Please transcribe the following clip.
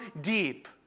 deep